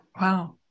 Wow